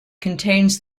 contains